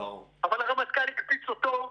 אבל הרמטכ"ל הקפיץ אותו ,